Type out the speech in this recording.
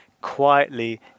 quietly